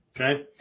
Okay